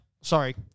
Sorry